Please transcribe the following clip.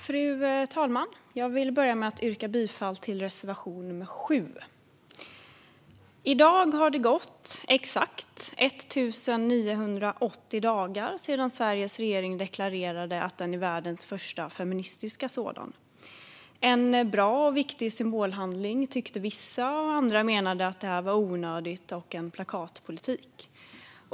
Fru talman! Jag yrkar bifall till reservation nr 7. I dag har det gått exakt 1 980 dagar sedan Sveriges regering deklarerade att den är världens första feministiska sådan. En bra och viktig symbolhandling tyckte vissa; en onödig och intetsägande plakatpolitik ansåg andra.